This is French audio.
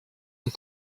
ont